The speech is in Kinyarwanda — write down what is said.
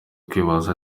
kwibaza